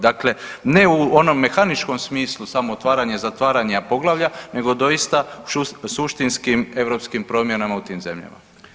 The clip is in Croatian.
Dakle, ne u onom mehaničkom smislu samo otvaranja i zatvaranja poglavlja nego doista suštinskim europskim promjenama u tim zemljama.